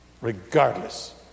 regardless